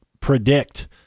predict